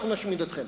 אנחנו נשמיד אותם.